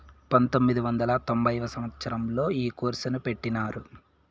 పంతొమ్మిది వందల తొంభై సంవచ్చరంలో ఈ కోర్సును పెట్టినారు